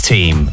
Team